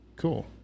cool